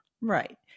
right